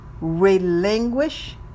relinquish